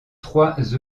trois